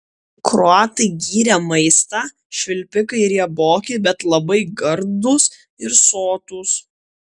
kroatai gyrė maistą švilpikai rieboki bet labai gardūs ir sotūs